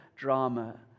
Drama